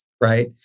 right